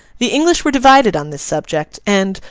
the english were divided on this subject, and,